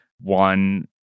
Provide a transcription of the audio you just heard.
One